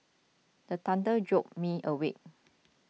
the thunder jolt me awake